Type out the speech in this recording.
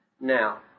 now